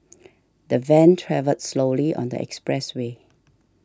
the van travelled slowly on the expressway